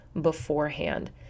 beforehand